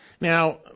Now